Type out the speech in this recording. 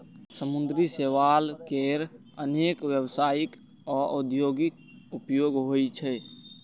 समुद्री शैवाल केर अनेक व्यावसायिक आ औद्योगिक उपयोग होइ छै